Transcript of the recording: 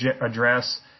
address